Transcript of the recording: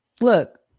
Look